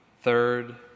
third